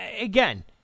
again